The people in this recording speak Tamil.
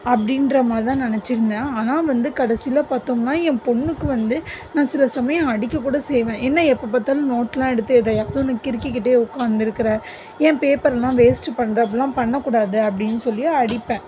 அப்படின்ற மாதிரி தான் நினச்சிருந்தேன் ஆனால் வந்து கடைசியில் பார்த்தோம்னா என் பொண்ணுக்கு வந்து நான் சில சமயம் அடிக்கக்கூட செய்வேன் என்ன எப்போ பார்த்தாலும் நோட்லாம் எடுத்து எதையாவது ஒன்று கிறுக்கிக்கிட்டே உட்காந்திருக்குற ஏன் பேப்பரெலாம் வேஸ்ட்டு பண்ணுற அப்படிலாம் பண்ணக்கூடாது அப்படின்னு சொல்லி அடிப்பேன்